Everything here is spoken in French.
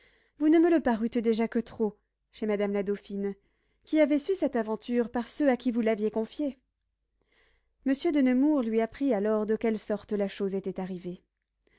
vous ne me le parûtes déjà que trop chez madame la dauphine qui avait su cette aventure par ceux à qui vous l'aviez confiée monsieur de nemours lui apprit alors de quelle sorte la chose était arrivée